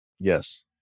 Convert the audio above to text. Yes